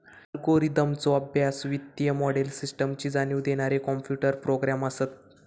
अल्गोरिदमचो अभ्यास, वित्तीय मोडेल, सिस्टमची जाणीव देणारे कॉम्प्युटर प्रोग्रॅम असत